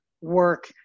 work